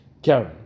Karen